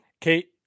Kate